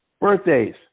Birthdays